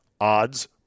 odds